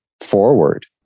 forward